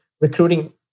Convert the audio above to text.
recruiting